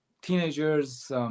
teenagers